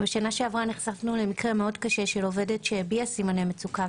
בשנה שעברה נחשפנו למקרה מאוד קשה של עובדת שהביעה סימני מצוקה,